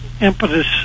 impetus